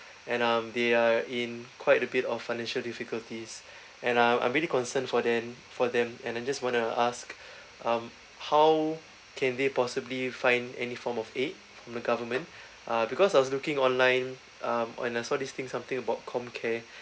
and um they are in quite a bit of financial difficulties and um I'm really concerned for them for them and then just wanna ask um how can they possibly find any form of aid from the government uh because I was looking online um and I saw this thing something about comcare